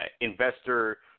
investor